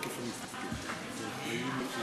אפשר לראות את רשימת הדוברים על